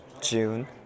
june